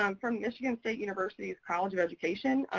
um from michigan state university's college of education.